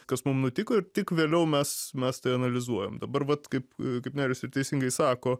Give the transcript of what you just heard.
kas mum nutiko ir tik vėliau mes mes tai analizuojam dabar vat kaip kaip nerijus ir teisingai sako